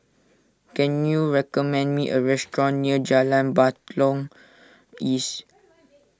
can you recommend me a restaurant near Jalan Batalong East